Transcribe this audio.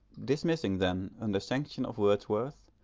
dismissing then, under sanction of wordsworth,